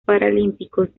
paralímpicos